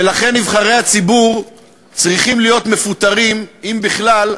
ולכן נבחרי הציבור צריכים להיות מפוטרים, אם בכלל,